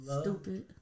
Stupid